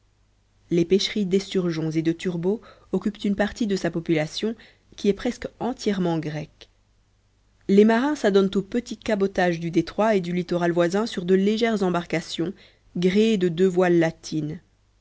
les pêcheries d'esturgeons et de turbots occupent une partie de sa population qui est presque entièrement grecque les marins s'adonnent au petit cabotage du détroit et du littoral voisin sur de légères embarcations gréées de deux voiles latines